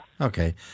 Okay